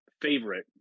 favorite